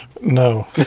No